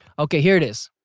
okay, here it is.